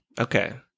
Okay